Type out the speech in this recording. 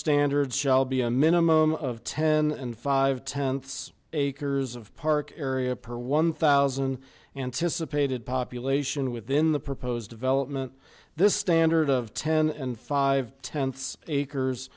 standards shall be a minimum of ten and five tenths acres of park area per one thousand anticipated population within the proposed development this standard of ten and five tenths acres